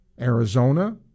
Arizona